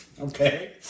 Okay